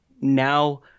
now